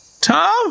Tom